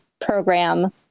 program